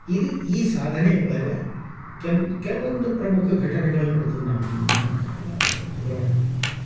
ಇದು ಈ ಸಾಧನೆ ಒಳಗೆ ಕೆಮ್ ಕೆಲವೊಂದು ಪ್ರಮುಖ ಘಟನೆಗಳು ನಡೆದ್ವು ನನ್ನ ಇದ್ರೊಳಗೆ